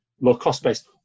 low-cost-based